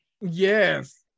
Yes